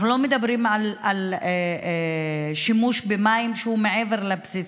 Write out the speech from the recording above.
אנחנו לא מדברים על שימוש במים שהוא מעבר לבסיסי.